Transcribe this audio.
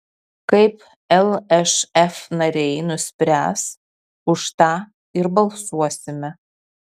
kaip lšf nariai nuspręs už tą ir balsuosime